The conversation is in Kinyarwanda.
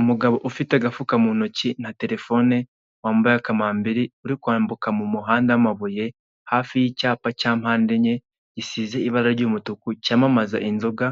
Umugabo ufite agafuka mu ntoki na telefone, wambaye akamambiri uri kwambuka mu umuhanda w'amabuye, hafi y'icyapa cya mpande ye, gisize ibara ry'umutuku cyamamaza inzoga,